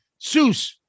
Seuss